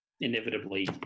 inevitably